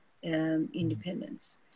independence